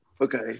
Okay